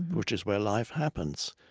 which is where life happens.